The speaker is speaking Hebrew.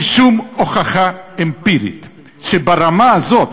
אין שום הוכחה אמפירית שברמה הזאת,